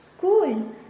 Cool